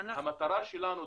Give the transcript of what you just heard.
המטרה שלנו,